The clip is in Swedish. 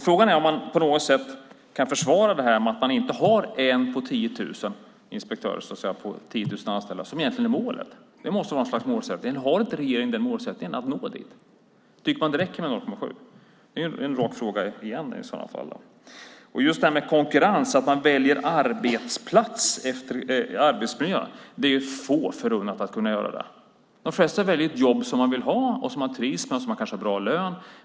Frågan är om man på något sätt kan försvara att man inte har en inspektör på 10 000 anställda, vilket egentligen är målet. Har inte regeringen målsättningen att nå dit? Tycker man att det räcker med 0,7? Det är en rak fråga. Det är få förunnat att kunna välja arbetsplats efter arbetsmiljö. De flesta väljer ett jobb som de vill ha, som de trivs med och som kanske ger bra lön.